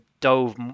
dove